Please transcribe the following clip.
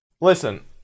Listen